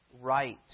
right